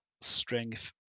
strength